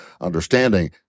understanding